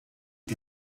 die